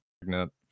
pregnant